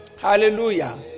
Hallelujah